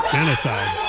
Genocide